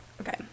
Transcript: Okay